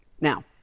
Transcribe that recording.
Now